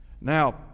Now